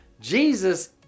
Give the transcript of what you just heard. Jesus